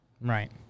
Right